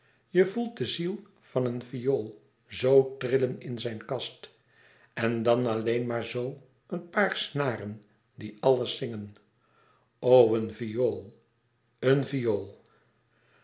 je voelt de ziel van een viool zoo trillen in zijn kast en dan alleen maar zoo een paar snaren die alles zingen o een viool een viool